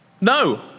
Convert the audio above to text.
No